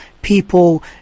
people